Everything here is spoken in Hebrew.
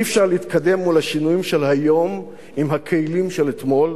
אי-אפשר להתקדם מול השינויים של היום עם הכלים של אתמול.